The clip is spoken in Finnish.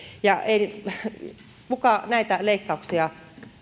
ja kuka näitä leikkauksia